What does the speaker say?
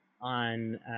on